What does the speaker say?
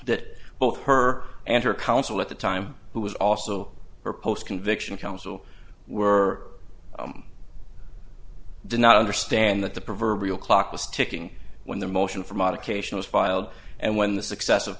that both her and her counsel at the time who was also her post conviction counsel were did not understand that the proverbial clock was ticking when the motion for modification was filed and when the success